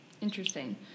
Interesting